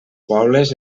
pobles